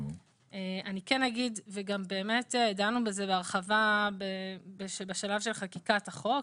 אני כן אגיד וגם באמת דנו בזה בהרחבה בשלב של חקיקת החוק,